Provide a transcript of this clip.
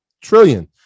trillion